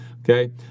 Okay